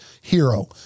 Hero